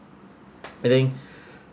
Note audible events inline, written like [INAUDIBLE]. but I think [BREATH]